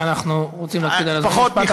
אנחנו רוצים להקפיד על הזמנים.